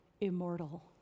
immortal